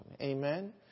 Amen